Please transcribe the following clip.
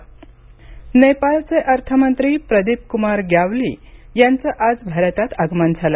नेपाळ अर्थमंत्री नेपाळचे अर्थमंत्री प्रदीप कुमार ग्यावली यांचं आज भारतात आगमन झालं